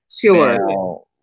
Sure